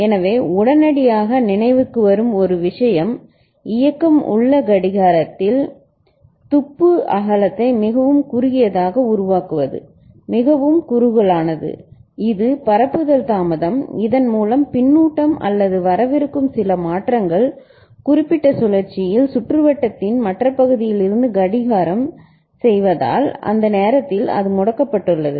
எனவே உடனடியாக நினைவுக்கு வரும் ஒரு விஷயம்இயக்கம் உள்ள நேரத்தில்கடிகார துடிப்பு அகலத்தை மிகவும் குறுகியதாக உருவாக்குவது மிகவும் குறுகலானது இது பரப்புதல் தாமதம் இதன் மூலம் பின்னூட்டம் அல்லது வரவிருக்கும் சில மாற்றங்கள் குறிப்பிட்ட சுழற்சியில் சுற்றுவட்டத்தின் மற்ற பகுதிகளிலிருந்து கடிகாரம் செய்வதால் அந்த நேரத்தில் அது முடக்கப்பட்டுள்ளது